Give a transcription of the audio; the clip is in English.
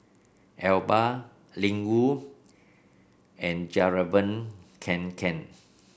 Alba Ling Wu and Fjallraven Kanken